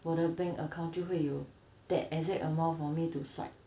我的 bank account 就会有 that exact amount for me to swipe